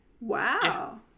wow